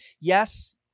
yes